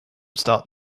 start